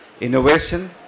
innovation